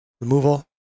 removal